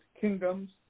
kingdoms